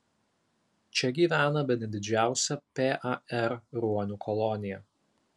čia gyvena bene didžiausia par ruonių kolonija